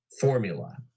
formula